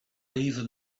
even